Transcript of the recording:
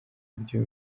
byo